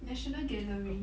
national gallery